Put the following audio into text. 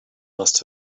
must